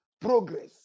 progress